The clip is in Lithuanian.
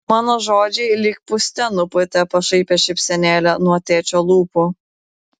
mano žodžiai lyg pūste nupūtė pašaipią šypsenėlę nuo tėčio lūpų